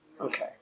Okay